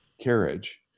carriage